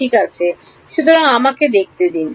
ঠিক আছে সুতরাং আমাদের দেখতে দিন